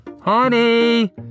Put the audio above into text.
Honey